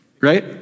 right